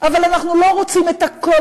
אבל אנחנו לא רוצים את הכול,